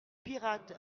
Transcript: pirate